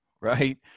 Right